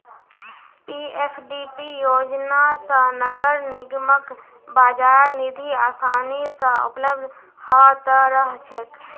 PFDP योजना स नगर निगमक बाजार निधि आसानी स उपलब्ध ह त रह छेक